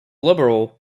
liberal